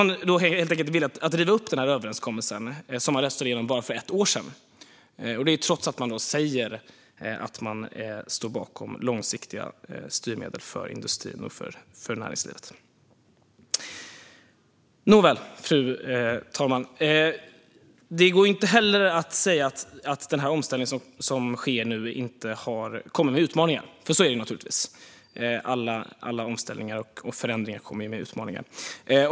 Man är alltså villig att riva upp överenskommelsen, som man röstade igenom för bara ett år sedan, trots att man säger att man står bakom långsiktiga styrmedel för industrin och näringslivet. Fru talman! Det går inte att säga att den omställning som sker nu inte kommer med utmaningar, för det gör den naturligtvis. Alla omställningar och förändringar innebär utmaningar.